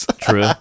true